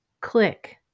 click